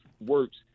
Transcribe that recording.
Works